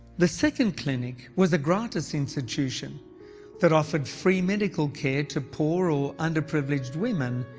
the second clinic was a gratis institution that offered free medical care to poor or underprivileged women,